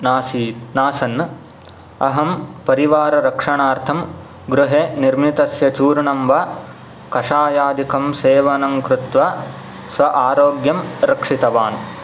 नासीत् नासन् अहं परिवाररक्षणार्थं गृहे निर्मितस्य चूर्णं वा कषायादिकं सेवनं कृत्वा स्व आरोग्यं रक्षितवान्